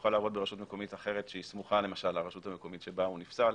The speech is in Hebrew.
יוכל לעבוד ברשות מקומית אחרת שסמוכה למשל לרשות המקומית שבה הוא נפסל,